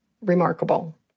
Remarkable